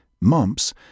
mumps